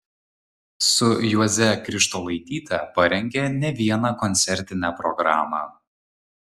su juoze krištolaityte parengė ne vieną koncertinę programą